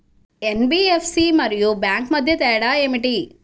NBFC మరియు bank మధ్య తేడా ఏమిటి?